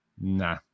nah